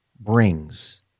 brings